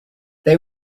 they